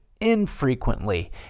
infrequently